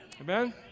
Amen